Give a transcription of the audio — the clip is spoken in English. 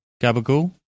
Gabagool